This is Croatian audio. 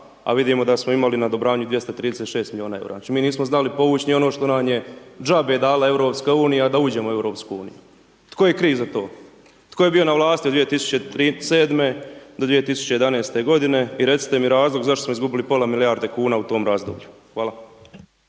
a vidimo da smo imali na odobravanju 236 milijuna eura. Znači mi nismo znali povući ni ono što nam je džabe dala EU, da uđemo u EU. Tko je kriv za to? Tko je bio na vlasti od 2007.-2011. godine? I recite mi razlog zašto smo izgubili pola milijarde kuna u tom razdoblju? Hvala.